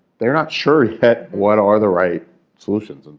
they're not sure yet what are the right solutions. and